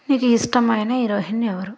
నీకు ఇష్టమైన హీరోయిన్ ఎవరు